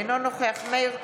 אינו נוכח מאיר כהן,